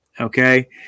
Okay